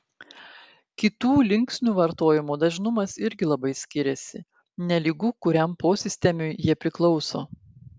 kitų linksnių vartojimo dažnumas irgi labai skiriasi nelygu kuriam posistemiui jie priklauso